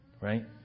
Right